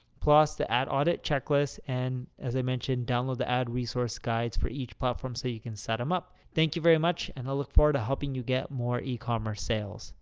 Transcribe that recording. plus the ad audit checklist. and, as i mentioned, download the ad resource guides for each platform, so you can set them up. thank you very much. and i look forward to helping you get more ecommerce sales.